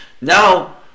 Now